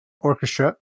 Orchestra